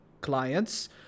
clients